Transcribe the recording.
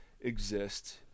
exist